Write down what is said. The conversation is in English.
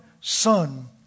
Son